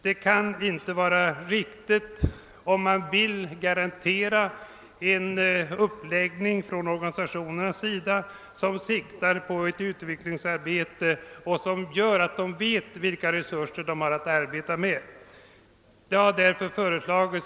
Detta kan inte vara riktigt om man vill garantera organisationerna att kunna utveckla sitt arbete; de måste veta vilka resurser de har att arbeta med.